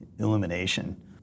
illumination